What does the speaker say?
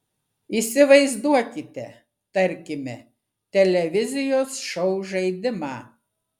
įsivaizduokite tarkime televizijos šou žaidimą